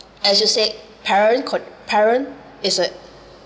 as you say parent co~ parent is a